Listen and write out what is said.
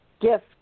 gift